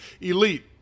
elite